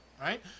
right